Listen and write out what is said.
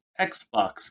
Xbox